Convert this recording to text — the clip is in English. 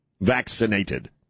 Vaccinated